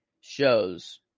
shows